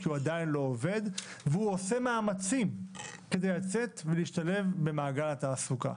כי הוא עדיין לא עובד והוא עושה מאמצים כדי לצאת ולהשתלב במעגל התעסוקה.